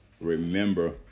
remember